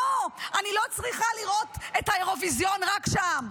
לא, אני לא צריכה לראות את האירוויזיון רק שם.